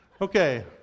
Okay